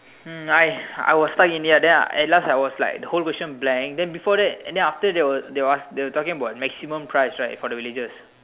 hmm I I was stuck in it ah then I at last I was like the whole question blank then before that and then after after they were they were they were talking about maximum price right for the villagers